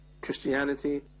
Christianity